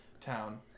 town